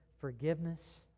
forgiveness